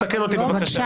תקן אותי בבקשה.